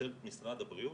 של משרד הבריאות,